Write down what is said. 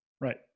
right